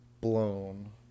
blown